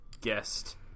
guest